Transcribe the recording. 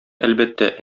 әлбәттә